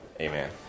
Amen